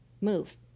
move